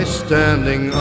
standing